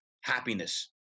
happiness